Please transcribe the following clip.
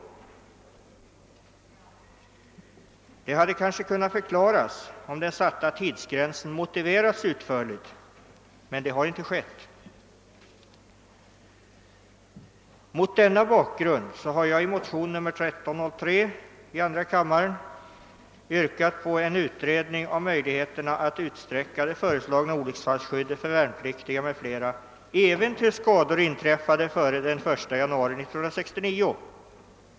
Det hade kanske kunnat förklaras om den satta tidsgränsen motiverats utförligt, men det har inte skett. Mot denna bakgrund har jag i motionen 1303 i andra kammaren yrkat på en utredning av möjligheterna att utsträcka det föreslagna olycksfallsskyddet för värnpliktiga även till inträffade skador före den 1 januari 1969.